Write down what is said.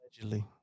Allegedly